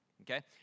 okay